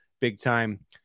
big-time